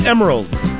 Emeralds